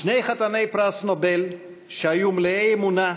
שני חתני פרס נובל, שהיו מלאי אמונה,